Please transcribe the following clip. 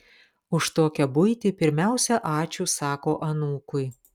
už tokią buitį pirmiausia ačiū sako anūkui